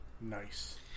Nice